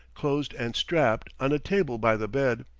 closed and strapped, on a table by the bed,